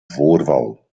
voorval